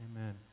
Amen